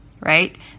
right